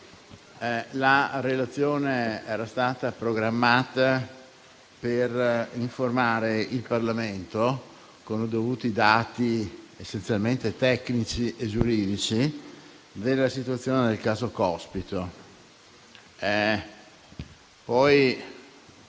La relazione era stata programmata per informare il Parlamento, con i dovuti dati, essenzialmente tecnici e giuridici, della situazione legata al caso Cospito. Poi,